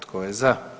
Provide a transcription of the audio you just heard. Tko je za?